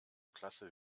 klasse